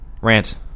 Rant